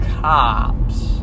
cops